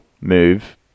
move